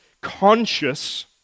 conscious